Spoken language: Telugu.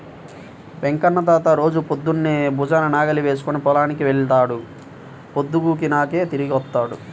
వెంకన్న తాత రోజూ పొద్దన్నే భుజాన నాగలి వేసుకుని పొలానికి వెళ్తాడు, పొద్దుగూకినాకే తిరిగొత్తాడు